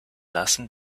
lassen